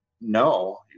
no